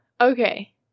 okay